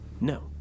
No